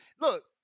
look